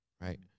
right